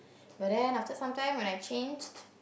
but then after some time when I changed